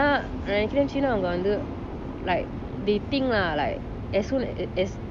அனா நான் நெனைக்கிறேன் சினவங்க வந்து:ana naan nenaikiran chinavanga vanthu like they think lah like as soon as